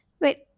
Wait